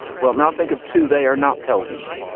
well, now think of two. they are not pelvis.